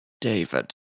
David